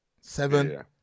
seven